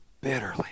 bitterly